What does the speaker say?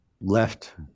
left